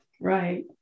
Right